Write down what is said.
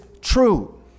true